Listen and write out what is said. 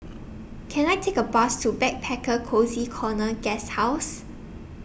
Can I Take A Bus to Backpacker Cozy Corner Guesthouse